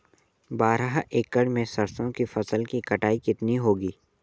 बारह एकड़ में सरसों की फसल की कटाई कितनी होगी?